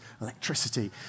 electricity